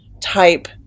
type